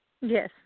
Yes